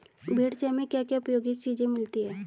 भेड़ से हमें क्या क्या उपयोगी चीजें मिलती हैं?